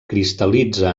cristal·litza